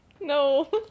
No